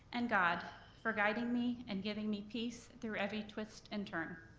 and god for guiding me and giving me peace through every twist and turn.